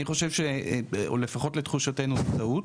אני חושב, לפחות לתחושותינו בוודאות,